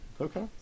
Okay